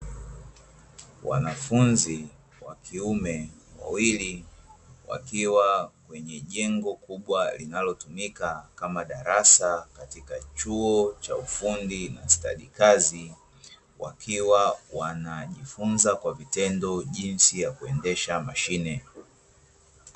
Wanafunzi wakiume wawili wakiwa kwenye jengo kubwa linalotumika kama darasa katika chuo cha ufundi na stadi kazi, wakiwa wanajifunza kwa vitendo jinsi ya kuendesha mashine.